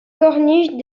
corniche